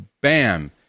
bam